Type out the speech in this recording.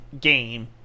game